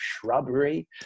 shrubbery